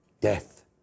death